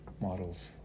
models